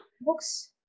Books